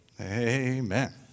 Amen